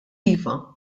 iva